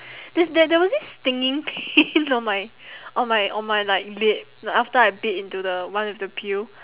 there's there there was this stinging pain on my on my on my like lip like after I bit into the one with the peel